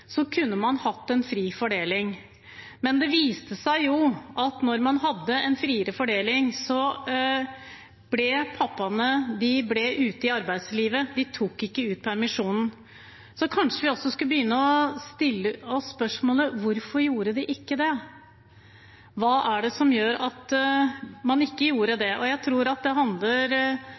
kunne man hatt en fri fordeling, men det viste seg jo at da man hadde en friere fordeling, ble pappaene ute i arbeidslivet. De tok ikke ut permisjonen. Kanskje vi også skulle begynne å stille oss spørsmålet: Hvorfor gjorde de ikke det? Hva er det som gjør at man ikke gjorde det? Jeg tror at det handler